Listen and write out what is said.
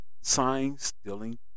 sign-stealing